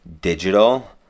digital